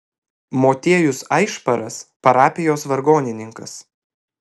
motiejus aišparas parapijos vargonininkas